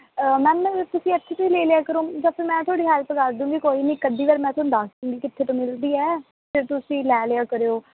ma'am ਤੁਸੀਂ ਇੱਥੇ ਤੋਂ ਹੀ ਲੈ ਲਿਆ ਕਰੋ ਵੈਸੇ ਮੈਂ ਤੁਹਾਡੀ ਹੈਲਪ ਕਰ ਦੂੰਗੀ ਕੋਈ ਨਹੀਂ ਇੱਕ ਅੱਧੀ ਵਾਰ ਮੈਂ ਤੁਹਾਨੂੰ ਦੱਸ ਦੂੰਗੀ ਕਿੱਥੇ ਤੋਂ ਮਿਲਦੀ ਹੈ ਅਤੇ ਤੁਸੀਂ ਲੈ ਲਿਆ ਕਰਿਓ